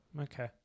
Okay